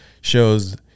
shows